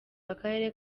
w’akarere